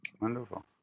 Wonderful